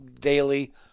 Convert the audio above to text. daily